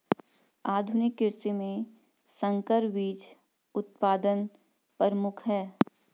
आधुनिक कृषि में संकर बीज उत्पादन प्रमुख है